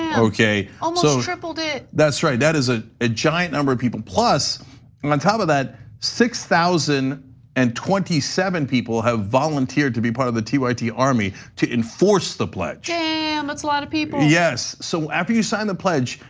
um okay. almost um so tripled it. that's right. that is ah a giant number of people plus and on top of that six thousand and twenty seven people have volunteered to be part of the tyt army to enforce the pledge. damn that's a lot of people. yes. so after you sign the pledge,